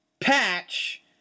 ...patch